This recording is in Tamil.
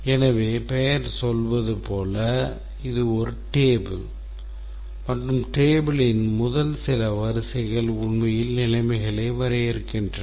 எனவே பெயர் சொல்வது போல் இது ஒரு table மற்றும் tableயின் முதல் சில வரிசைகள் உண்மையில் நிலைமைகளை வரையறுக்கின்றன